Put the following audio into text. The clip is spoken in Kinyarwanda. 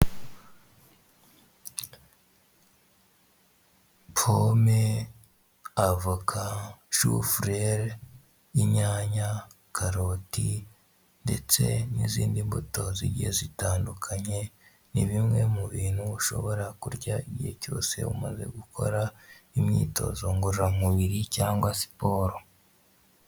Pome, avoka, shufurere, inyanya, karoti ndetse n'izindi mbuto zigiye zitandukanye, ni bimwe mu bintu ushobora kurya igihe cyose umaze gukora imyitozo ngororamubiri cyangwa siporo.